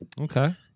Okay